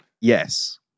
Yes